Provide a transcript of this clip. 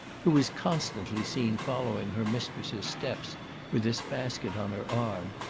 who is constantly seen following her mistress's steps with this basket on her arm,